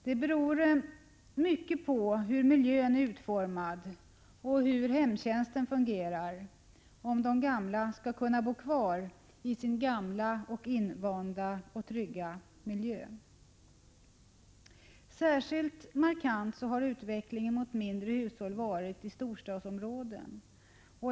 Det beror mycket på hur miljön är utformad och hur hemtjänsten fungerar, om de gamla skall kunna bo kvar i sin invanda och trygga miljö. Särskilt markant har utvecklingen mot mindre hushåll varit i storstadsområdena.